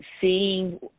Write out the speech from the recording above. seeing